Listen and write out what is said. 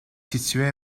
située